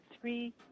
three